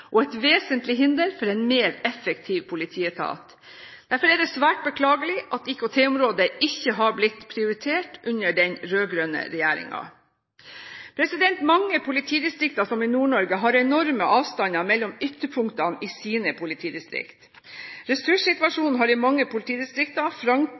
og et vesentlig hinder for en mer effektiv politietat. Derfor er det svært beklagelig at IKT-området ikke har blitt prioritert under den rød-grønne regjeringen. Mange politidistrikter – som f.eks. i Nord-Norge – har enorme avstander mellom ytterpunktene i